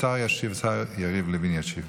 השר יריב לוין ישיב.